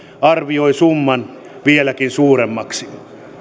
arvioi summan vieläkin suuremmaksi